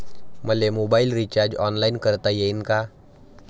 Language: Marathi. मले मोबाईल रिचार्ज ऑनलाईन करता येईन का?